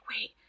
wait